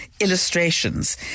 illustrations